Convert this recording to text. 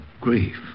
grief